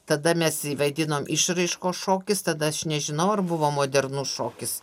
tada mes jį vadinom išraiškos šokis tada aš nežinau ar buvo modernus šokis